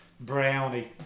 Brownie